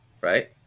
Right